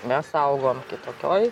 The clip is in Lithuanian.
mes augom tokioj